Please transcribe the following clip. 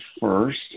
first